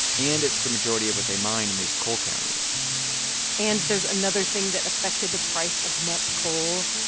and it's the majority of what they mined in these coal counties and there's another thing that affected the price of met coal.